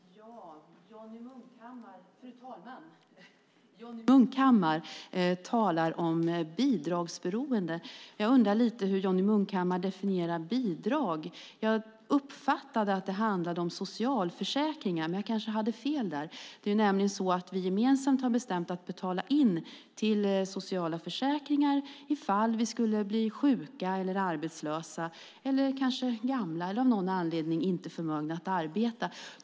Fru talman! Johnny Munkhammar talar om bidragsberoende. Jag undrar lite hur Johnny Munkhammar definierar bidrag. Jag uppfattade att det handlade om socialförsäkringen, men jag hade kanske fel. Vi har ju gemensamt bestämt att betala in till sociala försäkringar ifall vi skulle bli sjuka, arbetslösa, gamla eller av någon anledning inte förmögna att arbeta.